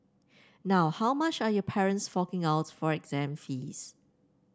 now how much are your parents forking out for exam fees